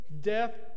death